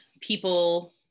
people